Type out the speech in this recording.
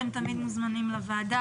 אתם תמיד מוזמנים לוועדה,